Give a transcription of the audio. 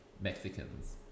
Mexicans